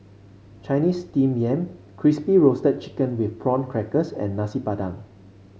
Chinese Steamed Yam Crispy Roasted Chicken with Prawn Crackers and Nasi Padang